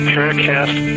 Paracast